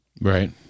Right